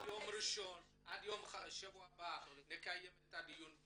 בשבוע הבא נקיים את הדיון.